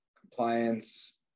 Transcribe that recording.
compliance